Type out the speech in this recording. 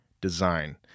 design